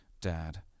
Dad